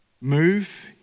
move